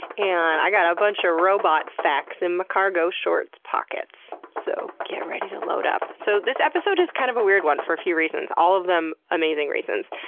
and i got a bunch of robot facts in my cargo shorts pockets. so get ready to load up. so this episode is kind of a weird one for a few reasons, all of them amazing reasons.